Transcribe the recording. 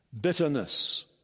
Bitterness